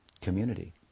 community